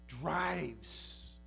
drives